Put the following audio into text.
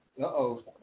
Uh-oh